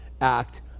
act